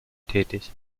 tätig